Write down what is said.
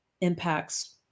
impacts